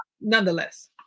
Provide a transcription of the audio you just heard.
nonetheless